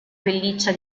pelliccia